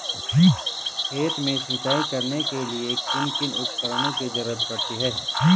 खेत में सिंचाई करने के लिए किन किन उपकरणों की जरूरत पड़ती है?